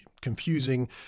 confusing